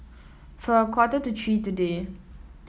for a quarter to three today